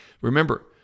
Remember